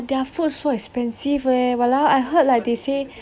but their food so expensive leh !walao! I heard like they say